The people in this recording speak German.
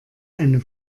eine